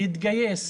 להתגייס